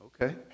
okay